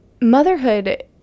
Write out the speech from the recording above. motherhood